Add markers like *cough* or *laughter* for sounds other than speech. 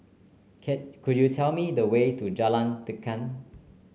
*unintelligible* could you tell me the way to Jalan Tekad